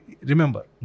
remember